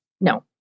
no